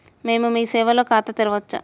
మేము మీ సేవలో ఖాతా తెరవవచ్చా?